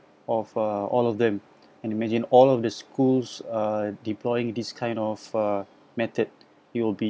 of uh all of them and imagine all of the schools uh deploying this kind of uh method it will be